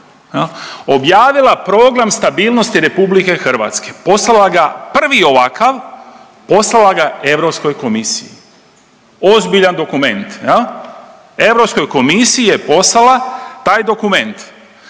objavila program stabilnosti RH, poslala ga, prvi ovakav, poslala ga Europskoj komisiji, ozbiljan dokument jel, Europskoj komisiji je poslala taj dokument.